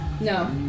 No